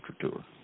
Tour